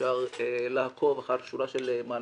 ואפשר לעקוב אחרי שורה של מהלכים.